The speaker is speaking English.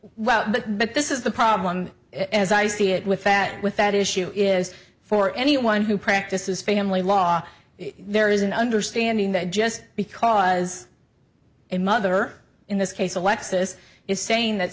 well but but this is the problem as i see it with fat with that issue is for anyone who practices family law there is an understanding that just because a mother in this case alexis is saying that